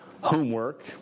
homework